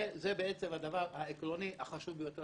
זה הדבר העקרוני, החשוב ביותר